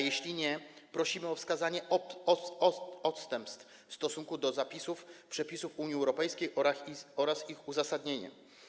Jeśli nie, prosimy o wskazanie odstępstw w stosunku do przepisów Unii Europejskiej oraz ich uzasadnienie.